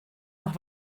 noch